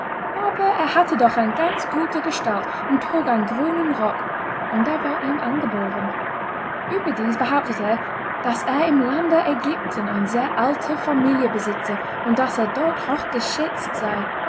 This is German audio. aber er hatte doch eine ganz gute gestalt und trug einen grünen rock und der war ihm angeboren überdies behauptete er daß er im lande agypten eine sehr alte familie besitze und daß er dort hochgeschätzt sei